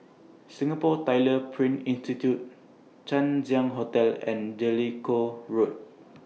Singapore Tyler Print Institute Chang Ziang Hotel and Jellicoe Road